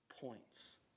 points